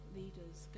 leaders